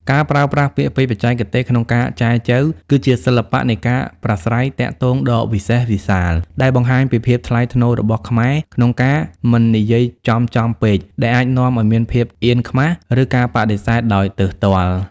ការប្រើប្រាស់ពាក្យពេចន៍បច្ចេកទេសក្នុងការចែចូវ គឺជាសិល្បៈនៃការប្រាស្រ័យទាក់ទងដ៏វិសេសវិសាល ដែលបង្ហាញពីភាពថ្លៃថ្នូររបស់ខ្មែរក្នុងការមិននិយាយចំៗពេក ដែលអាចនាំឱ្យមានភាពអៀនខ្មាស ឬការបដិសេធដោយទើសទាល់។